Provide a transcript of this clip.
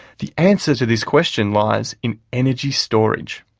the answer to this question lies in energy storage.